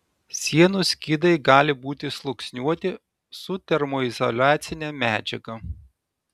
sienų skydai gali būti sluoksniuoti su termoizoliacine medžiaga